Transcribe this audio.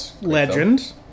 Legend